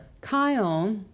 Kyle